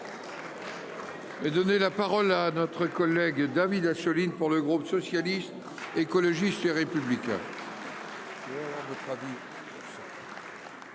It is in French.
Et donner la parole à notre collègue David Assouline pour le groupe socialiste, écologiste et républicain.